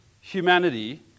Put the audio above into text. humanity